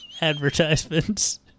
advertisements